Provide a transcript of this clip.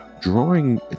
drawing